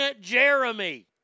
Jeremy